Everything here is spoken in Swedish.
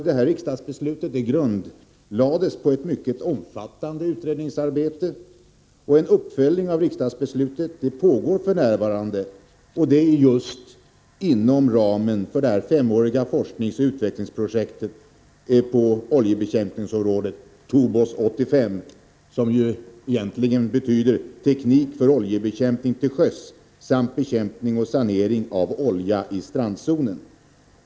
Det riksdagsbeslutet grundades på ett mycket omfattande utredningsarbete. En uppföljning av det beslutet pågår f.n. just inom ramen för det femåriga forskningsoch utvecklingsprojektet på oljebekämpningsområdet, TOBOS 85, som ju egentligen betyder teknik för oljebekämpning till sjöss samt bekämpning och sanering av olja i strandzonen.